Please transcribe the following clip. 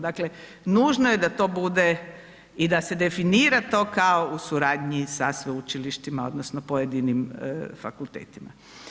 Dakle, nužno je da to bude i da se definira to kao u suradnji sa sveučilištima odnosno pojedinim fakultetima.